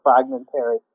fragmentary